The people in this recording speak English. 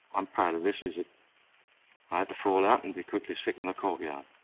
i'm proud of this, is that i had to fall out and be quickly sick in the courtyard.